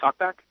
TalkBack